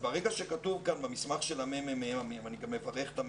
ברגע שכתוב במסמך של מרכז המחקר ואני מברך את מרכז